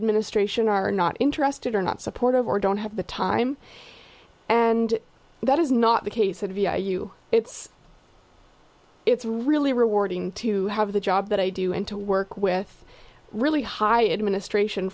administration are not interested or not supportive or don't have the time and that is not the case that you it's it's really rewarding to have the job that i do and to work with really high administration